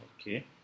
Okay